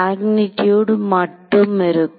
magnitude மட்டும் இருக்கும்